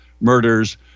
murders